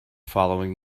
following